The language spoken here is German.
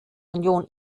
union